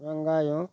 வெங்காயம்